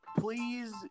Please